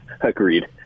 agreed